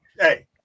Hey